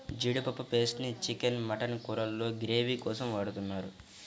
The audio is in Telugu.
జీడిపప్పు పేస్ట్ ని చికెన్, మటన్ కూరల్లో గ్రేవీ కోసం వాడుతున్నారు